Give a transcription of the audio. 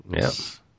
Yes